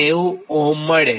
90Ω મળે